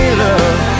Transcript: love